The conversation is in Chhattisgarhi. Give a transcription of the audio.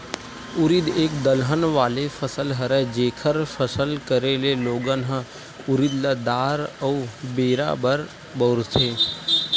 उरिद एक दलहन वाले फसल हरय, जेखर फसल करे ले लोगन ह उरिद ल दार अउ बेरा बर बउरथे